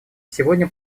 сегодня